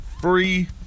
free